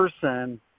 person